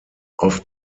auf